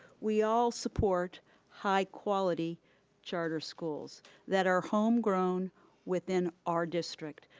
we all support high quality charter schools that are homegrown within our district,